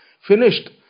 Finished